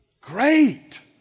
Great